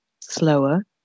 slower